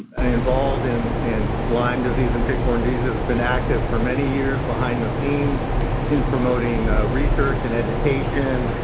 involved in and lyme disease and tick-borne diseases has been active for many years behind the scenes in promoting research and education,